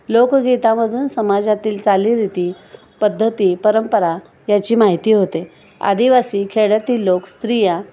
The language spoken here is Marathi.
लोकगीतामधून समाजातील चालीरीती पद्धती परंपरा याची माहिती होते आदिवासी खेड्यातील लोक स्त्रिया